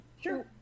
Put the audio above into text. Sure